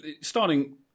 starting